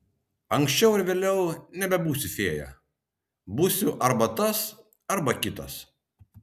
anksčiau ar vėliau nebebūsiu fėja būsiu arba tas arba kitas